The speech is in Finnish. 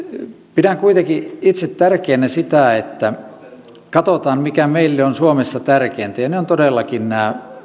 pidän kuitenkin itse tärkeänä sitä että katsotaan mikä meille on suomessa tärkeintä ja ne ovat todellakin nämä